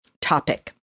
topic